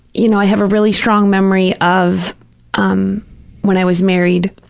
you know, i have a really strong memory of um when i was married,